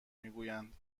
میگویند